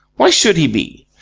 why should he be?